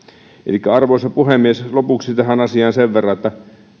arvoisa puhemies lopuksi tähän asiaan sen verran että